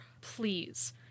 please